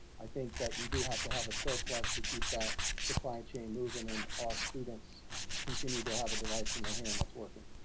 i think that you do need to have a surplus to keep that supply chain moving and all students continue to have a device in their hand that's working.